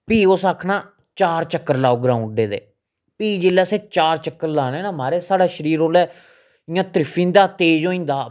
फ्ही उस आखना चार चक्कर लाओ ग्राउंड दे फ्ही जेल्लै असें चार चक्कर लाने न महाराज साढ़ा शरीर ओल्लै इ'यां तरीफींदा तेज़ होई जंदा हा